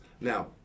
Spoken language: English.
Now